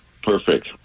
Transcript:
Perfect